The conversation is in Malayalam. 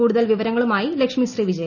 കൂടുതൽ വിവരങ്ങളുമായി ലക്ഷ്മി ശ്രീ വിജയ